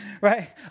right